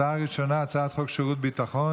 הצעה ראשונה, הצעת חוק שירות ביטחון.